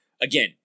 again